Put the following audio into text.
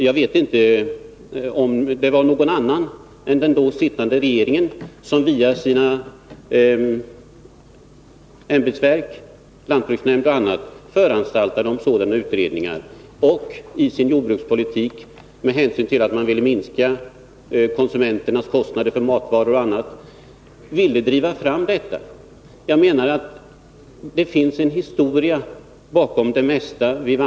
Jag vet inte om det var någon annan än den då sittande regeringen som via sina ämbetsverk — lantbruksnämnd och andra — föranstaltade om sådana utredningar och som i sin jordbrukspolitik, med hänsyn till att man ville minska konsumenternas kostnader för matvaror och annat, ville driva fram detta. Jag menar alltså att det finns en historia bakom det mesta.